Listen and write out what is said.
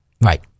Right